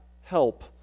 help